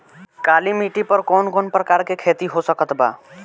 काली मिट्टी पर कौन कौन प्रकार के खेती हो सकत बा?